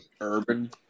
Urban